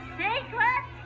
secret